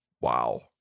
Wow